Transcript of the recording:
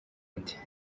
ati